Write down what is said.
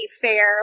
fair